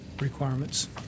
requirements